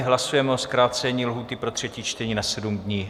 Hlasujeme o zkrácení lhůty pro třetí čtení na sedm dní.